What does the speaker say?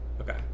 Okay